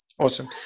Awesome